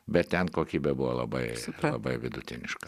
bet ten kokybė buvo labai labai vidutiniška